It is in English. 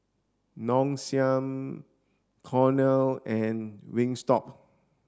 Nong Shim Cornell and Wingstop